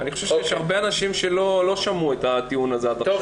אני חושב שיש הרבה אנשים שלא שמעו את הטיעון הזה עד עכשיו.